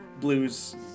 Blue's